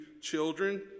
children